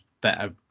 better